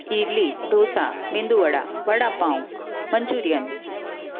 idli dosa medu vada vada pav Manchurian